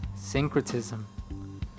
Syncretism